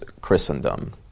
Christendom